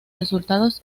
resultados